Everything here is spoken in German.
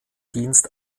dienst